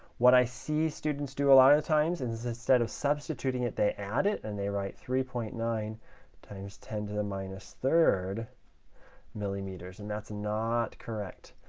what i see students do a lot of times and is instead of substituting it, they add it, and they write three point nine times ten to the minus third millimeters, and that's not correct.